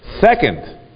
second